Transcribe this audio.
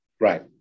Right